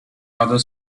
other